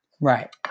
Right